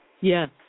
Yes